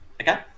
Okay